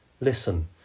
Listen